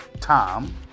Tom